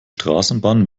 straßenbahn